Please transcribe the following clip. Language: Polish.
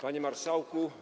Panie Marszałku!